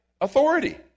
authority